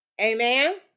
amen